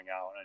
out